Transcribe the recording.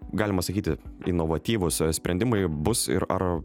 galima sakyti inovatyvūs sprendimai bus ir ar